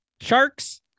sharks